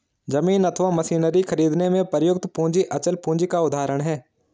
जमीन अथवा मशीनरी खरीदने में प्रयुक्त पूंजी अचल पूंजी का उदाहरण है